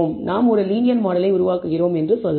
நாம் ஒரு லீனியர் மாடலை உருவாக்குகிறோம் என்று சொல்லலாம்